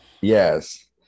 yes